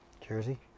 Jersey